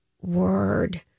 word